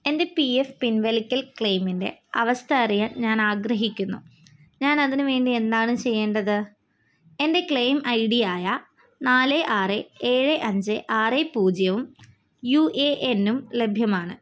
എൻ്റെ P F പിൻവലിക്കൽ ക്ലെയിമിൻ്റെ അവസ്ഥ അറിയാൻ ഞാനാഗ്രഹിക്കുന്നു ഞാനതിനു വേണ്ടി എന്താണ് ചെയ്യേണ്ടത് എൻ്റെ ക്ലെയിം ഐ ഡിയായ നാല് ആറ് ഏഴ് അഞ്ച് ആറ് പൂജ്യവും യു എ എന്നും ലഭ്യമാണ്